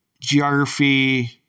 geography